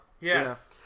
Yes